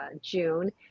june